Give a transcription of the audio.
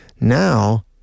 Now